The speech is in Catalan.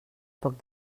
poc